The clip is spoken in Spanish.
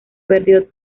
perdió